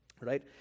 right